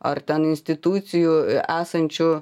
ar ten institucijų esančių